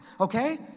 okay